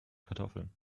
kartoffeln